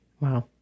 Wow